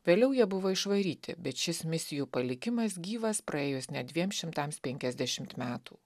vėliau jie buvo išvaryti bet šis misijų palikimas gyvas praėjus net dviem šimtams penkiasdešimt metų